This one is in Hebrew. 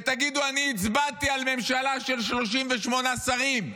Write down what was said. ותגידו: אני הצבעתי על ממשלה של 38 שרים,